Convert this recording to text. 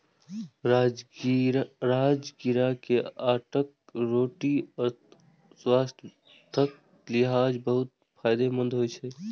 राजगिरा के आटाक रोटी स्वास्थ्यक लिहाज बहुत फायदेमंद होइ छै